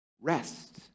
rest